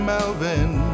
Melvin